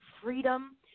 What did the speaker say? freedom